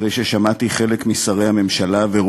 אחרי ששמעתי את חלק משרי הממשלה ואת